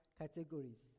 categories